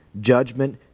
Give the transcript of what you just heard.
judgment